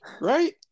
right